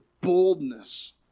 boldness